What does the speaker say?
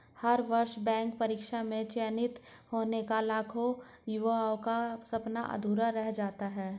हर वर्ष बैंक परीक्षा में चयनित होने का लाखों युवाओं का सपना अधूरा रह जाता है